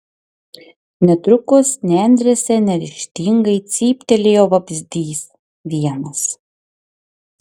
netrukus nendrėse neryžtingai cyptelėjo vabzdys vienas